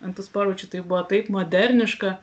ant tų sportbačių tai buvo taip moderniška